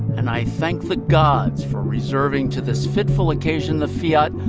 and i thank the gods for reserving to this fitful occasion the fiat,